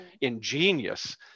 ingenious